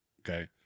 Okay